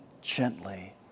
gently